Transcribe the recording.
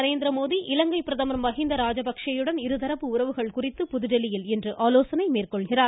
நரேந்திரமோடி இலங்கை பிரதமர் மகீந்த பிரதமள் ராஜபக்ஷே யுடன் இருதரப்பு உறவுகள் குறித்து புதுதில்லியில் இன்று ஆலோசனை மேற்கொள்கிறார்